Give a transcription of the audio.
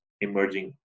emerging